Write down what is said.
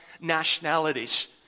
nationalities